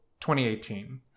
2018